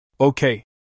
Okay